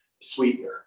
sweetener